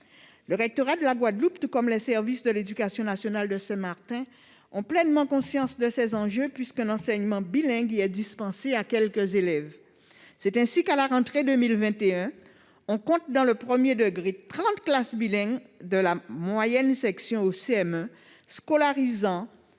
Le rectorat de la Guadeloupe, tout comme les services de l'éducation nationale de Saint-Martin, a pleinement conscience de ces enjeux, puisqu'un enseignement bilingue y est dispensé à quelques élèves. C'est ainsi qu'à la rentrée 2021, on comptait dans le premier degré, de la moyenne section au CM1, 30 classes